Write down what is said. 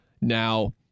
Now